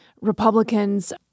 Republicans